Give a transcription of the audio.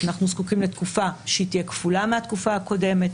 אנחנו זקוקים לתקופה שתהיה כפולה מהתקופה הקודמת;